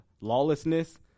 lawlessness